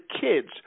kids